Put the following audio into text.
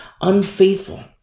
unfaithful